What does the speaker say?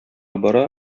бара